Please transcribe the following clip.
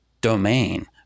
domain